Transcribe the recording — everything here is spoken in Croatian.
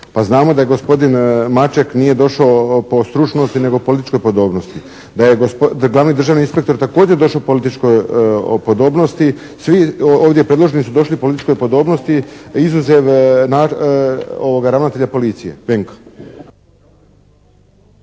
Pa znamo da je, gospodin Maček nije došao po stručnosti nego političkoj podobnosti. Da je glavni državni inspektor došao također po političkoj podobnosti. Svi ovdje predloženi su došli po političkoj podobnosti izuzev ravnatelja policije,